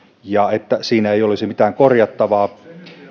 ja että siinä ei olisi mitään korjattavaa